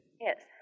Yes